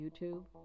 YouTube